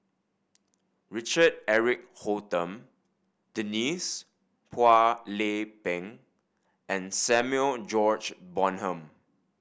Richard Eric Holttum Denise Phua Lay Peng and Samuel George Bonham